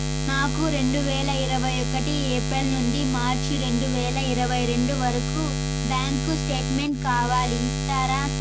నాకు రెండు వేల ఇరవై ఒకటి ఏప్రిల్ నుండి మార్చ్ రెండు వేల ఇరవై రెండు వరకు బ్యాంకు స్టేట్మెంట్ కావాలి ఇస్తారా